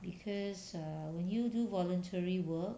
because err when you do voluntary work